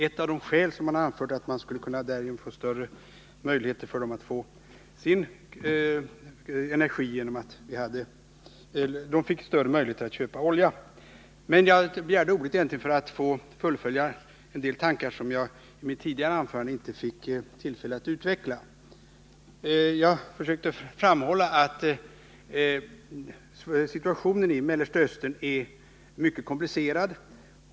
Ett av de skäl som man anfört för kärnkraften är ju att u-ländernas energibehov bättre skulle kunna tillgodoses om de fick större möjligheter att köpa olja. Jag begärde ordet för att fullfölja en del tankar som jag i mitt tidigare anförande inte fick tillfälle att utveckla. Jag försökte framhålla att situationen i Mellersta Östern är mycket komplicerad.